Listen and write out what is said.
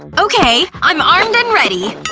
okay, i'm armed and ready!